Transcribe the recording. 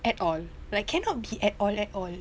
at all like cannot be at all at all